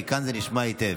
מכאן זה נשמע היטב.